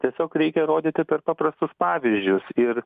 tiesiog reikia rodyti per paprastus pavyzdžius ir